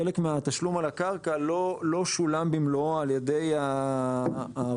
חלק מהתשלום על הקרקע לא שולם במלואו על ידי הרוכשים.